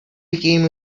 became